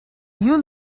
you